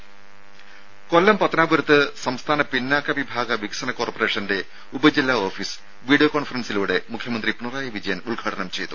രുഭ കൊല്ലം പത്തനാപുരത്ത് സംസ്ഥാന പിന്നാക്ക വിഭാഗ വികസന കോർപ്പറേഷന്റെ ഉപജില്ലാ ഓഫീസ് വീഡിയോ കോൺഫ്രൻ സിംഗിലൂടെ മുഖ്യമന്ത്രി പിണറായി വിജയൻ ഉദ്ഘാടനം ചെയ്തു